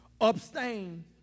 Abstain